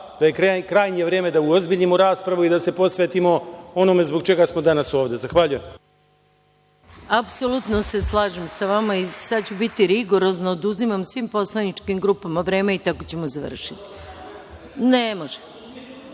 da je krajnje vreme da uozbiljimo raspravu i da se posvetimo onome zbog čega smo danas ovde. Zahvaljujem. **Maja Gojković** Apsolutno se slažem sa vama i sada ću biti rigorozna. Oduzimam svim poslaničkim grupama vreme i tako ćemo završiti.(Radoslav